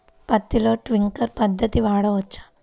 పత్తిలో ట్వింక్లర్ పద్ధతి వాడవచ్చా?